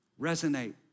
resonate